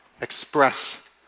express